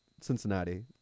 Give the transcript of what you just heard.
Cincinnati